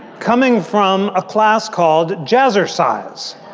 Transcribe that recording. coming from a class called jazzercise.